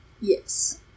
Yes